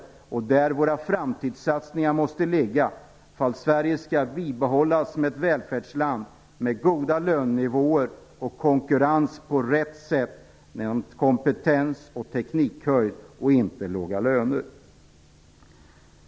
Det är där våra framstidssatsningar måste ligga ifall Sverige skall bibehållas som ett välfärdsland med goda lönenivåer och konkurrens på rätt sätt med kompetens och teknikhöjd och inte låga löner.